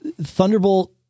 Thunderbolt